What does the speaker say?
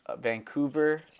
Vancouver